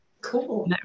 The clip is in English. cool